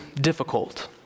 difficult